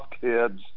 kids